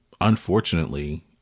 Unfortunately